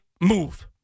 move